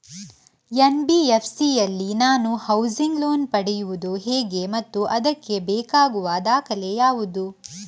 NBFC ಯಲ್ಲಿ ನಾನು housing loan ಪಡೆಯುದು ಹೇಗೆ ಮತ್ತು ಅದಕ್ಕೆ ಬೇಕಾಗುವ ದಾಖಲೆ ಯಾವುದು?